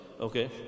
Okay